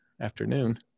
afternoon